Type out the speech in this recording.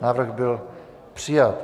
Návrh byl přijat.